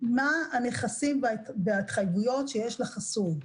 מה הנכסים וההתחייבויות שיש לחסוי.